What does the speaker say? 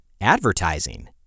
Advertising